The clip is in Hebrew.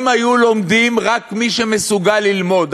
אם היו לומדים רק מי שמסוגלים ללמוד,